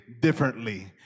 differently